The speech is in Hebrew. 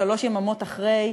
שלוש יממות אחרי,